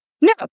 No